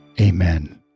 amen